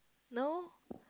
no